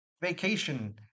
vacation